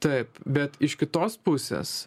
taip bet iš kitos pusės